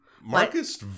Marcus